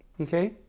Okay